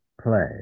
play